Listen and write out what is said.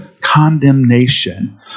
condemnation